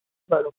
બરાબર